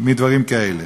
דברים כאלה.